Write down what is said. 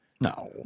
no